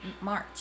March